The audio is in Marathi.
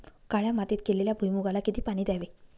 काळ्या मातीत केलेल्या भुईमूगाला किती पाणी द्यावे?